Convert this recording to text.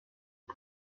but